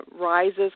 rises